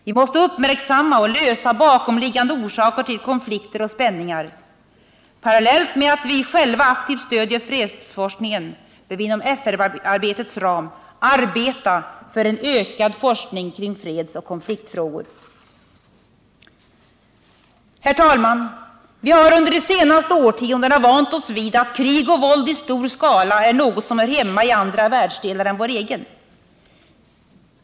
Vi måste uppmärksamma och lösa bakomliggande orsaker till konflikter och spänningar. Parallellt med att vi själva aktivt stödjer fredsforskningen, bör vi inom FN-arbetets ram arbeta för en ökad forskning kring fredsoch konfliktfrågor. Herr talman! Vi har under de senaste årtiondena vant oss vid att krig och våld i stor skala är något som hör hemma i andra världsdelar än vår egen.